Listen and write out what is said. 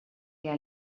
què